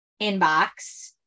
inbox